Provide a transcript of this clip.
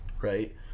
Right